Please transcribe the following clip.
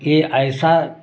ये ऐसा